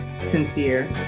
sincere